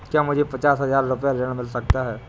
क्या मुझे पचास हजार रूपए ऋण मिल सकता है?